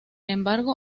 embargo